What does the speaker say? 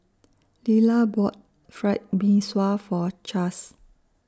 Lilah bought Fried Mee Sua For Chaz